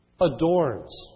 adorns